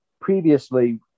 previously